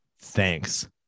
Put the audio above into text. thanks